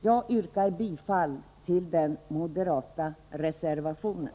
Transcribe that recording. Jag yrkar bifall till den moderata reservationen.